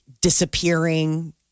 disappearing